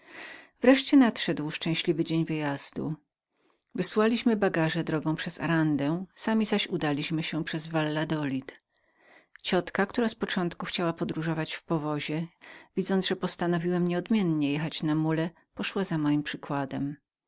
wreszcie nadszedł szczęśliwy dzień wyjazdu wysłaliśmy główny transport drogą przez aranda sami zaś udaliśmy się przez walladolid ciotka moja która z początku chciała podróżować w lektyce widząc że postanowiłem nieodmiennie jechać na mule poszła za moim przykładem